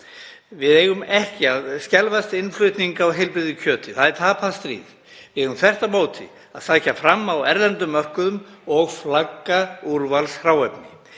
Við eigum ekki að skelfast innflutning á heilbrigðu kjöti, það er tapað stríð. Við eigum þvert á móti að sækja fram á erlendum mörkuðum og flagga úrvalshráefni.